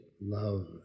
love